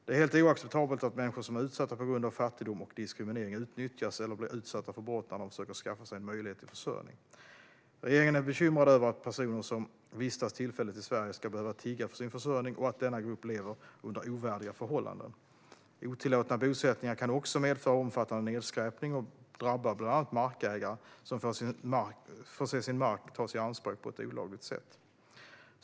Det är helt oacceptabelt att människor som är utsatta på grund av fattigdom och diskriminering utnyttjas eller blir utsatta för brott när de försöker skaffa sig en möjlighet till försörjning. Regeringen är bekymrad över att personer som vistas tillfälligt i Sverige ska behöva tigga för sin försörjning och att denna grupp lever under ovärdiga förhållanden. Otillåtna bosättningar kan också medföra omfattande nedskräpning och drabbar bland annat markägare som får se sin mark tas i anspråk på ett olagligt sätt.